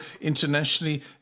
internationally